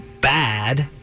bad